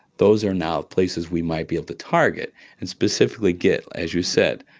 those are now places we might be able to target and specifically get, as you said,